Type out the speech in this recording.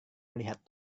melihat